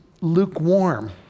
lukewarm